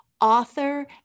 author